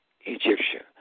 Egyptian